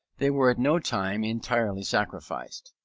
they were at no time entirely sacrificed.